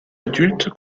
adulte